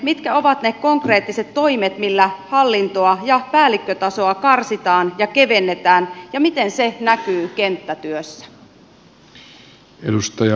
mitkä ovat ne konkreettiset toimet millä hallintoa ja päällikkötasoa karsitaan ja kevennetään ja miten se näkyy kenttätyössä